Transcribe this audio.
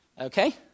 Okay